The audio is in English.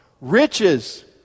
riches